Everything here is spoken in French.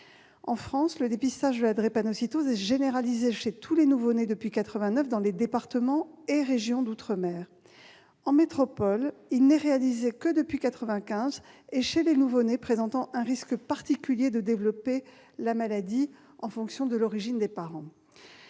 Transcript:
En France, le dépistage de cette maladie est généralisé chez tous les nouveau-nés depuis 1989 dans les départements et régions d'outre-mer. En métropole, il n'est réalisé que depuis 1995 et seulement chez les nouveau-nés présentant un risque particulier de développer la maladie en fonction de l'origine des parents.